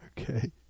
Okay